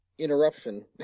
interruption